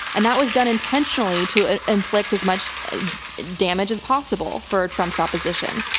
and that was done intentionally to inflict as much damage as possible, for trump's opposition.